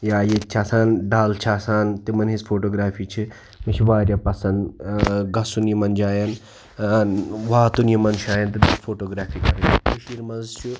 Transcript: یا ییٚتہِ چھِ آسان ڈَل چھِ آسان تِمَن ہنٛز فوٗٹوٗگرٛافی چھِ مےٚ چھِ واریاہ پَسَنٛد ٲں گَژھُن یِمَن جایَن ٲں واتُن یِمَن شایَن تہٕ چھِ فوٹوگرٛافی کَرٕنۍ کٔشیٖرِ منٛز چھِ